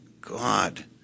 God